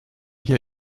hier